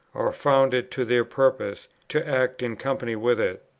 or found it to their purpose, to act in company with it.